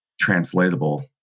translatable